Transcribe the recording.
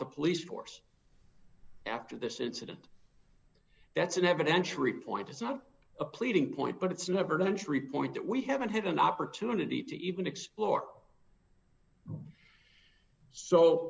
the police force after this incident that's an evidentiary point it's not a pleading point but it's never one hundred point that we haven't had an opportunity to even explore so